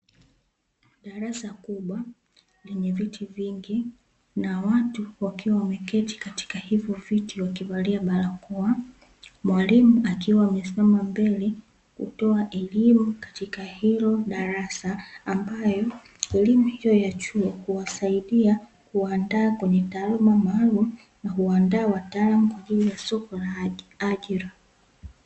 Darasa kubwa lenye viti vingi, na watu wakiwa wameketi katika hivo viti wakivalia barakoa, mwalimu akiwa amesimama mbele, kutoa elimu katika hilo darasa; ambayo elimu hiyo ya chuo huwasaidia kuwandaa kwenye taaluma maalumu, na huwaandaa wataalamu kwa ajili ya soko la ajira.